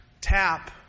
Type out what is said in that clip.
tap